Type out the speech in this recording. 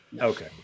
Okay